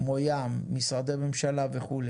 כמו ים, משרדי ממשלה וכו',